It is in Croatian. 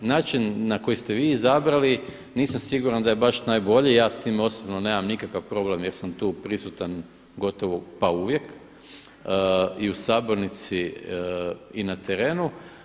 Način na koji ste vi izabrali, nisam siguran da je baš najbolji, ja sa time osobno nemam nikakav problem jer sam tu prisutan gotovo pa uvijek i u sabornici i na terenu.